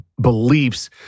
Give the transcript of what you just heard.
beliefs